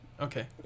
Okay